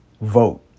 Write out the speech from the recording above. Vote